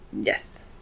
yes